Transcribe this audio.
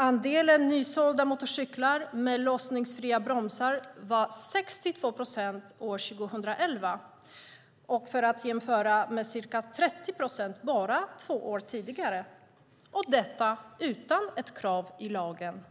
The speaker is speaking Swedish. Andelen nysålda motorcyklar med låsningsfria bromsar var 62 procent år 2011, jämfört med cirka 30 procent bara två år tidigare, och detta utan krav i lagen.